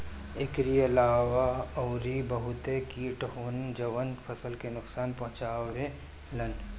एकरी अलावा अउरी बहते किट होने जवन फसल के नुकसान पहुंचावे लन